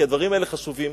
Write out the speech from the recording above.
כי הדברים האלה חשובים.